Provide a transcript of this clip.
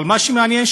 אבל מה שמעניין,